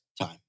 time